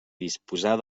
disposar